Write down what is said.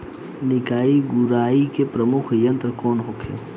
निकाई गुराई के प्रमुख यंत्र कौन होखे?